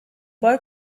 boy